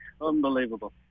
Unbelievable